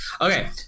okay